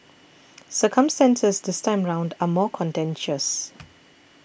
circumstances this time around are more contentious